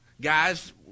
guys